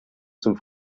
zum